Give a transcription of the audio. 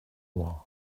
war